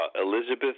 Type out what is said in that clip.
Elizabeth